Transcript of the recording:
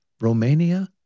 Romania